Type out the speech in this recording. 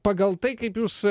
pagal tai kaip jūs